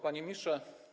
Panie Ministrze!